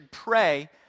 pray